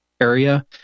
area